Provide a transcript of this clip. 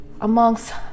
amongst